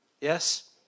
Yes